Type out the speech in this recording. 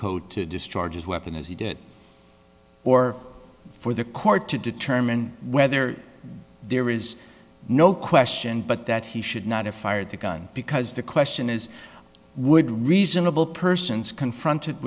code to discharge his weapon as he did or for the court to determine whether there is no question but that he should not have fired the gun because the question is would reasonable persons confronted